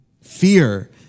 Fear